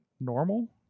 normal